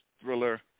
thriller